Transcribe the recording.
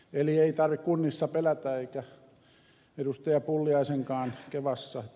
eli ei tarvitse kunnissa pelätä eikä ed